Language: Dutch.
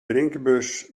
drinkbus